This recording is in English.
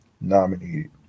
nominated